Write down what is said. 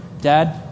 Dad